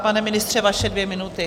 Pane ministře, vaše dvě minuty.